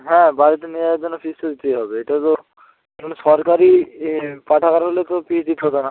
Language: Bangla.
হ্যাঁ বাড়িতে নিয়ে যাওয়ার জন্য ফিস তো দিতেই হবে এটা তো ধরুন সরকারি ই পাঠাগার হলে তো ফিস দিতে হতো না